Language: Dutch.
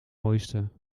mooiste